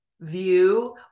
view